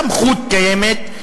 הסמכות קיימת,